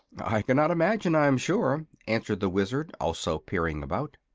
i cannot imagine, i'm sure, answered the wizard, also peering about.